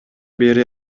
бери